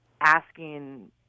Asking